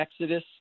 Exodus